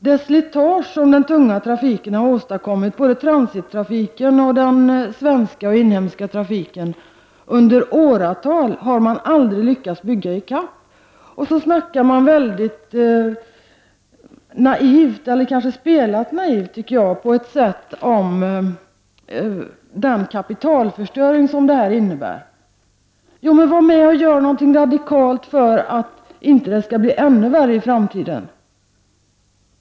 Det slitage som den tunga trafiken, både transitoch den inhemska trafiken, under åratal har åstadkommit har man aldrig lyckats bygga i kapp. Sedan spelar man på ett naivt sätt med den kapitalförstöring som detta innebär. Ja, men var med och gör någonting radikalt för att det inte skall bli ännu värre i framtiden!